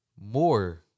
more